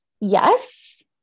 Yes